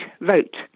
vote